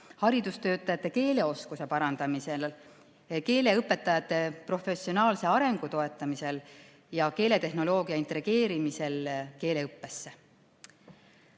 haridustöötajate keeleoskuse parandamisel, keeleõpetajate professionaalse arengu toetamisel ja keeletehnoloogia integreerimisel keeleõppesse.